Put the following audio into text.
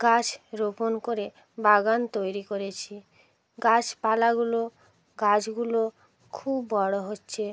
গাছ রোপণ করে বাগান তৈরি করেছি গাছপালাগুলো গাছগুলো খুব বড়ো হচ্ছে